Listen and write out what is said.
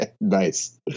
Nice